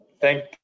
Thank